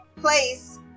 place